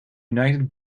united